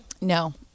No